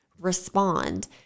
respond